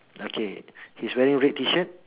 okay he's wearing red T shirt